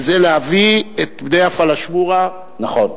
וזה להביא את בני הפלאשמורה, נכון.